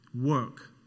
Work